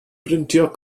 brintio